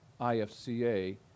IFCA